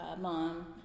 mom